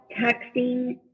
texting